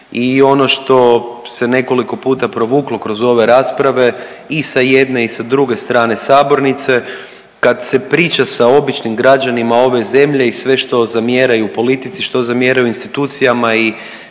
i ono što se nekoliko puta provuklo kroz ove rasprave i sa jedne i sa druge strane sabornice kad se priča sa običnim građanima ove zemlje i sve što zamjeraju politici i što zamjeraju institucijama i